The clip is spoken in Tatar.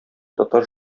татар